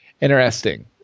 Interesting